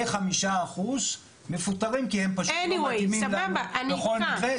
כ-5% מפוטרים כי הם פשוט לא מתאימים בכל מקרה,